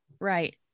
Right